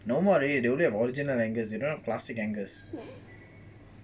no more already they only have original angus they dont have classic angus